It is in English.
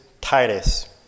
Titus